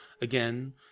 again